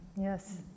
Yes